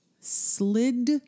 slid